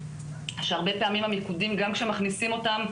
שהרבה פעמים המיקודים גם כשמכניסים אותם,